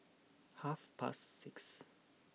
half past six